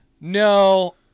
No